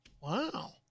Wow